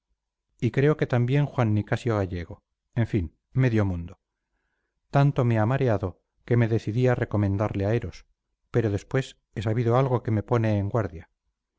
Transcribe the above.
y creo que también juan nicasio gallego en fin medio mundo tanto me han mareado que me decidí a recomendarle a heros pero después he sabido algo que me pone en guardia